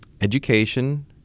education